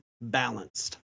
Balanced